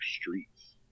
streets